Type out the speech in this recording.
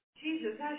Jesus